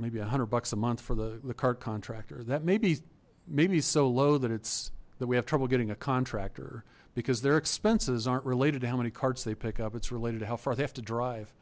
maybe a hundred bucks a month for the the cart contractor that maybe maybe so low that it's that we have trouble getting a contractor because their expenses aren't related to how many carts they pick up it's related to how far they have to drive